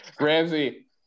Ramsey